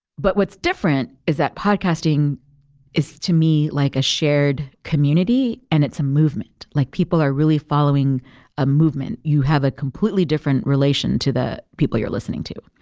but what's different is that podcasting is to me like a shared community and it's a movement. like people are really following a movement. you have a completely different relation to the people you're listening to.